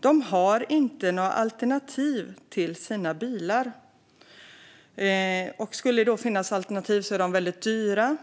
De har inte några alternativ till sina bilar, och om det finns alternativ är de dyra.